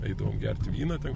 eidavom gerti vyną ten